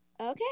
Okay